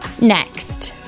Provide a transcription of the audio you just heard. Next